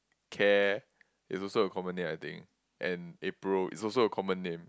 care is also a common name I think and April is also a common name